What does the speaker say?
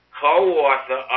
co-author